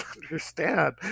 understand